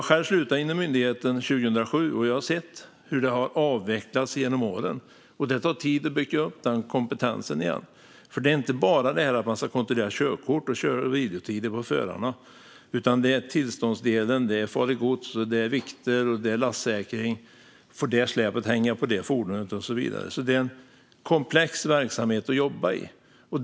Jag själv slutade på myndigheten 2007, och jag har sett hur detta har avvecklats genom åren. Det tar tid att bygga upp den kompetensen igen, för det handlar inte bara om att kontrollera förarnas körkort och kör och vilotider. Det handlar också om tillståndsdelen, farligt gods, vikter och lastsäkring. Får det släpet hänga på det fordonet och så vidare? Det är en komplex verksamhet att jobba i.